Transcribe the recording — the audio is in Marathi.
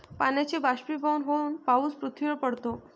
पाण्याचे बाष्पीभवन होऊन पाऊस पृथ्वीवर पडतो